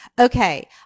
Okay